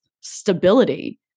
stability